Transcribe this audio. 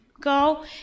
go